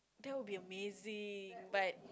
that will be amazing but